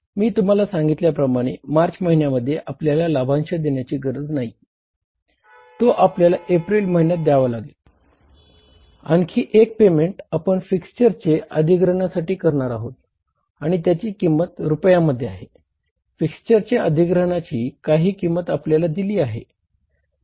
मी तुम्हाला सांगितल्याप्रमाणे मार्च महिन्यामध्ये आपल्याला लाभांश देण्याची गरज नाही तो आपल्याला एप्रिल महिन्यात दयावा लागेल आणि आणखी एक पेमेंट आपण फिक्स्चरचे अधिग्रहणासाठी करणार आहोत आणि त्याची किंमत रुपयांमध्ये आहे फिक्स्चरचे अधिग्रहणाची काही किंमत आपल्याला दिली आहे